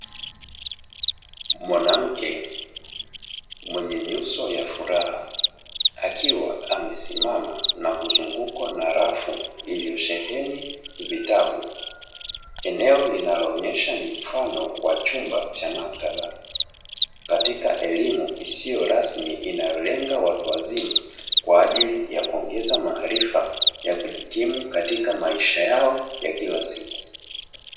Mwanamke mwenye nyuso ya furaha akiwa amesimama na kuzungukwa na shelfu iliyosheheni vitabu, eneo linaloonesha ni mfano wa chumba cha maktaba katika elimu isiyo rasmi inayolenga watu wazima kwa ajiri ya kuongeza maarifa ya kujikimu katika maisha yao ya kila siku.